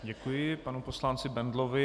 Děkuji panu poslanci Bendlovi.